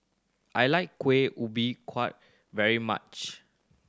I like Kueh Ubi very much